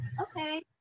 okay